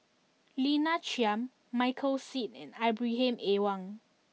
Lina Chiam Michael Seet and Ibrahim Awang